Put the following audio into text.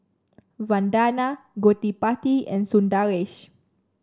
Vandana Gottipati and Sundaresh